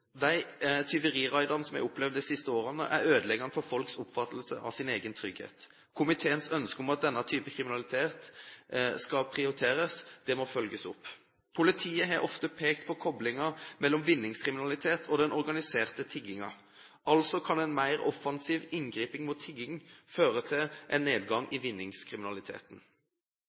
De tyveriraidene som vi har opplevd de siste årene, er ødeleggende for folks oppfatning av sin egen trygghet. Komiteens ønske om at denne typen kriminalitet skal prioriteres, må følges opp. Politiet har ofte pekt på koblingen mellom vinningskriminalitet og den organiserte tiggingen. Altså kan en mer offensiv inngripen mot tigging føre til en nedgang i vinningskriminaliteten.